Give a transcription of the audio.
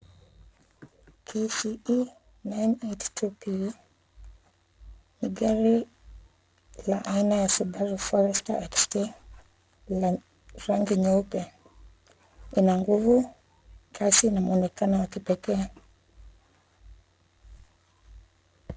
KCE 982P ni gari la aina ya Subaru Forester XT la rangi nyeupe. Ina nguvu, kasi na mwonekano wa kipekee.